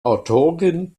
autorin